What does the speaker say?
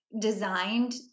designed